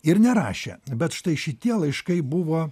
ir nerašė bet štai šitie laiškai buvo